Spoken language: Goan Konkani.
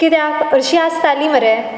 कित्याक अशी आसताली मरे